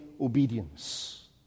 obedience